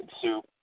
Soup